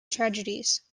tragedies